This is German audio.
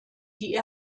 die